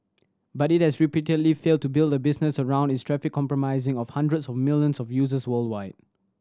but it has repeatedly failed to build a business around its traffic comprising of hundreds of millions of users worldwide